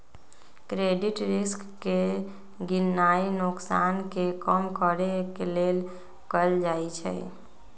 credit risk के गीणनाइ नोकसान के कम करेके लेल कएल जाइ छइ